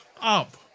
up